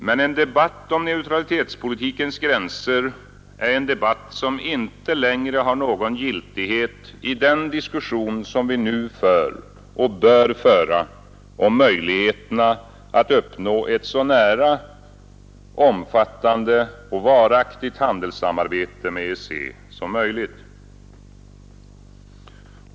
Men en debatt om neutralitetspolitikens gränser är en debatt som inte längre har någon giltighet i den diskussion som vi nu för och bör föra om möjligheterna att uppnå ett så nära, omfattande och varaktigt handelssamarbete med EEC som möjligt.